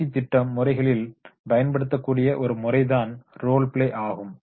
பயிற்சித் திட்டம் முறைகளில் பயன்படுத்தக்கூடிய ஒரு முறைதான் ரோல் பிளே ஆகும்